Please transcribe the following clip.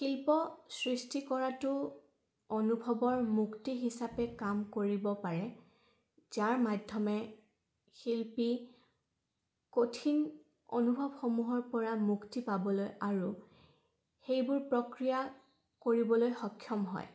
শিল্প সৃষ্টি কৰাটো অনুভৱৰ মুক্তি হিচাপে কাম কৰিব পাৰে যাৰ মাধ্যমে শিল্পী কঠিন অনুভৱসমূহৰ পৰা মুক্তি পাবলৈ আৰু সেইবোৰ প্ৰক্ৰিয়া কৰিবলৈ সক্ষম হয়